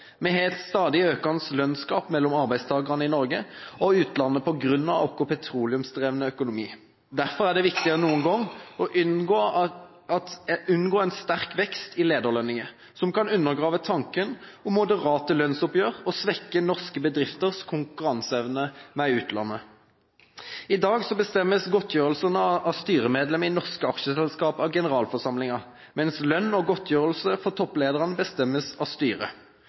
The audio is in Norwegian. Vi har et stadig økende lønnsgap mellom arbeidstakere i Norge og utlandet på grunn av vår petroleumsdrevne økonomi. Derfor er det viktigere enn noen gang å unngå en sterk vekst i lederlønninger som kan undergrave tanken om moderate lønnsoppgjør og svekke norske bedrifters konkurranseevne med utlandet. I dag bestemmes godtgjørelse av styremedlemmer i norske aksjeselskaper av generalforsamlingen, mens lønn og godtgjørelse for topplederne bestemmes av styret.